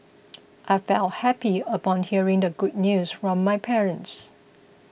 I felt happy upon hearing the good news from my parents